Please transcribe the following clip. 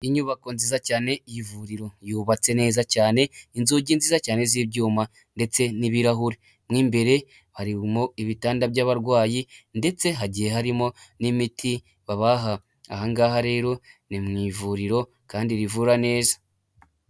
Inyubako nziza cyane y'ivuriro yubatse neza cyane inzugi nziza cyane z'ibyuma ndetse n'ibirahure mo imbere harimo ibitanda by'abarwayi ndetse hagiye harimo n'imiti baba ahangaha rero ni mu ivuriro kandi rivura neza.